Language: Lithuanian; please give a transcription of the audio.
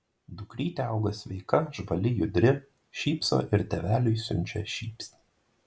dukrytė auga sveika žvali judri šypso ir tėveliui siunčia šypsnį